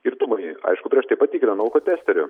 girtumai aišku prieš tai patikrinam alkotesteriu